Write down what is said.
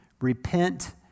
Repent